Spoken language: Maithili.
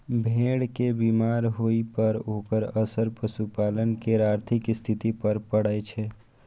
भेड़ के बीमार होइ पर ओकर असर पशुपालक केर आर्थिक स्थिति पर पड़ै छै